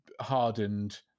hardened